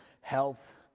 health